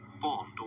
bond